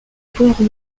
pauvres